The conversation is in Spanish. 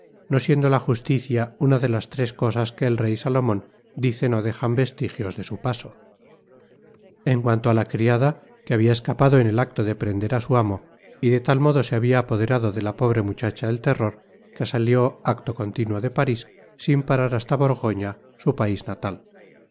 no siendo la justicia una de las tres cosas que el rey salomon dice no dejan vestijios de su paso en cuanto á la criada se habia escapado en el acto de prender á su amo y de tal modo se habia apoderado de ta pobre muchacha el terror que salió acto continuo de paris sin parar hasta borgoña su pais natal